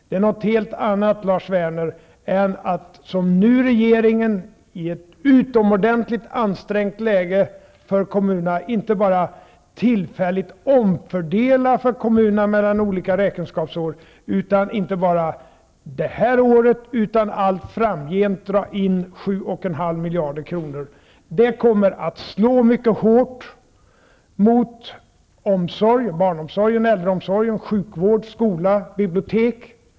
Det är något helt annat, Lars Werner, än att, i ett utomordenligt ansträngt läge för kommunerna inte bara tillfälligt omfördela mellan olika räkenskapsår och inte bara detta år utan allt framgent, dra in 7,5 miljarder. Det kommer att slå mycket hårt mot omsorg -- barnomsorg, äldreomsorg, sjukvård, skola, bibliotek.